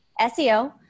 SEO